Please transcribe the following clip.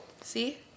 See